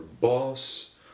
boss